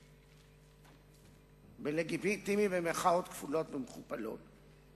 לגיטימי, במירכאות כפולות ומכופלות.